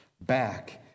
back